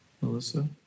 Melissa